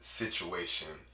situation